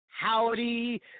Howdy